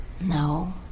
No